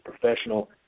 professional